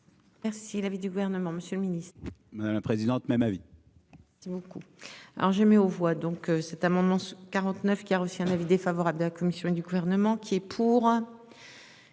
Merci l'avis du gouvernement, Monsieur le Ministre. La présidente. Même avis. C'est beaucoup. Alors j'ai mis aux voix donc cet amendement 49 qui a reçu un avis défavorable de la commission du gouvernement. C'est pour.